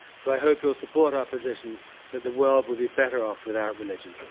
so i hope you will support our position that the world will be better off without religion.